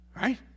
Right